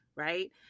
Right